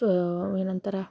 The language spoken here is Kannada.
ಪ ಏನು ಅಂತಾರೆ